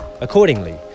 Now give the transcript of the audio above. accordingly